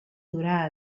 durà